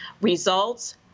results